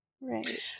Right